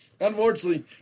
Unfortunately